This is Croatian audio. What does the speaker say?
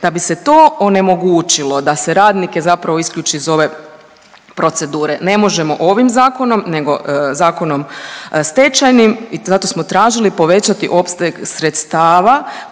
Da bi se to onemogućilo da se radnike isključi iz ove procedure ne možemo ovim zakonom nego Zakonom stečajnim i zato smo tražili povećati opseg sredstava